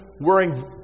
wearing